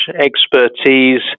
expertise